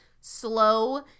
slow